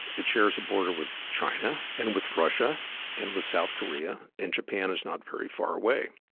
it shares a border with china and with russia and with south korea, and japan is not very far away.